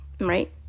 right